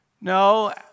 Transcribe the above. No